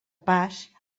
pas